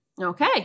Okay